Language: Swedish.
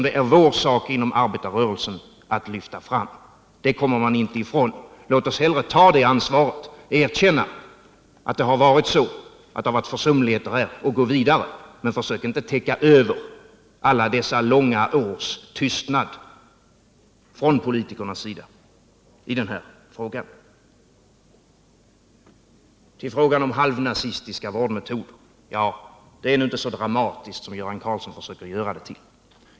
Det är vår sak inom arbetarrörelsen att lyfta fram detta. Det kommer vi inte ifrån. Låt oss hellre ta det ansvaret och erkänna att det här förekommit försumligheter och sedan gå vidare. Men försök inte täcka över alla dessa långa års tystnad från politikernas sida i den här frågan! När det gäller uttrycket halvnazistiska vårdmetoder är det inte så dramatiskt som Göran Karlsson försöker göra det till.